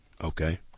Okay